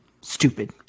Stupid